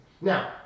Now